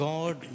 God